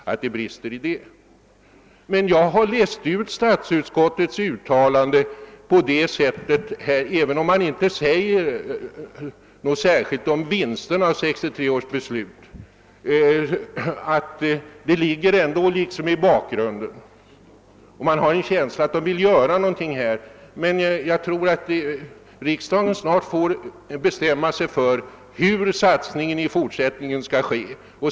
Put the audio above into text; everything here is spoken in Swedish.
Jag har emellertid tolkat statsutskottets utlåtande så att detta, även om det inte sägs någonting särskilt om vinsterna av 1963 års beslut, ändå finns i bakgrunden. Jag är övertygad om att något måste göras på det här området och att riksdagen snart nog måste bestämma sig för hur satsningen i fortsättningen skall ske.